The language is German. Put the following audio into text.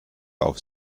auf